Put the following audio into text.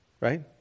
Right